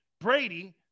Brady